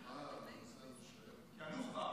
--- נוח'בה.